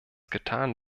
getan